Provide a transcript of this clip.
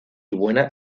buena